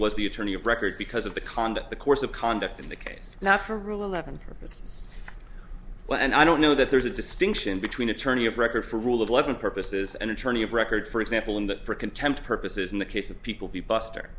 was the attorney of record because of the conduct the course of conduct in the case now for rule eleven purposes well and i don't know that there's a distinction between attorney of record for rule of law and purposes an attorney of record for example and that for contempt purposes in the case of people be buster